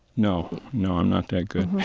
no, no, i'm not that good